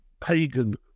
pagan